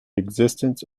existence